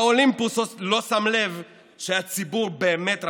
מהאולימפוס לא שם לב שהציבור באמת רעב,